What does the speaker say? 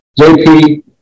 JP